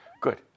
Good